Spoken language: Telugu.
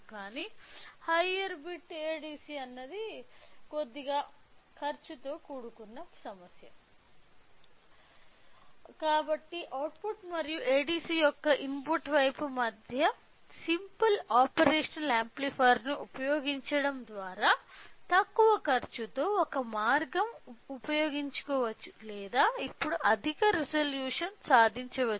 కానీ హయ్యర్ బిట్ ADC ఖర్చు తో కూడిన సమస్య కాబట్టి అవుట్పుట్ మరియు ADC యొక్క ఇన్పుట్ వైపు మధ్య సింపుల్ ఆపరేషనల్ యాంప్లిఫైయర్ను ఉపయోగించడం ద్వారా తక్కువ ఖర్చుతో ఒక మార్గం ఉపయోగించుకోవచ్చు లేదా ఇప్పుడు అధిక రిజల్యూషన్ సాధించవచ్చు